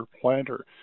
planter